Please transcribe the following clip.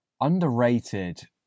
underrated